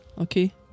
okay